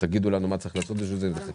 תגידו לנו מה צריך לעשות לשם כך.